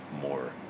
more